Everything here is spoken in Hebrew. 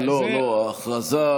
למה לא נערכתם מראש?